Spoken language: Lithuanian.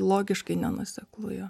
logiškai nenuoseklu